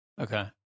Okay